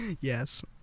Yes